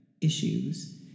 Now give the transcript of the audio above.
issues